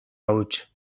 huts